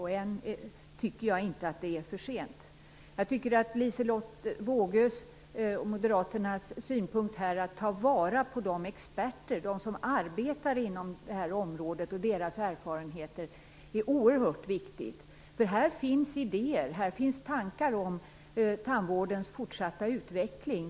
Jag tycker inte att det ännu är för sent. Jag tycker att Liselotte Wågös och Moderaternas synpunkt att ta vara på experterna - de som arbetar inom detta område - och deras erfarenheter är oerhört viktig. Här finns nämligen idéer och tankar om tandvårdens fortsatta utveckling.